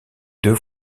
deux